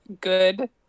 good